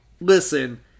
listen